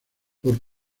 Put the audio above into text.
por